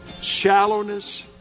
Shallowness